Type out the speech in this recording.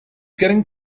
getting